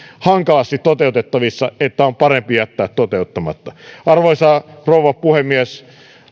hankalasti toteutettavissa että se on parempi jättää toteuttamatta arvoisa rouva puhemies